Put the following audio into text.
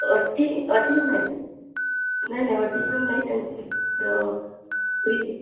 अटी अटी नाही आहेत नाही नाही अटी ठेवून नाही